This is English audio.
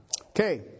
Okay